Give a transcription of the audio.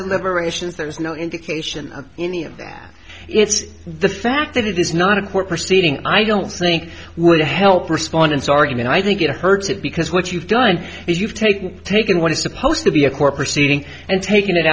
the liberations there's no indication of any of that it's the fact that it is not a court proceeding i don't think would help respondents argument i think it hurts it because what you've done is you've taken taken what is supposed to be a court proceeding and taking it